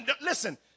Listen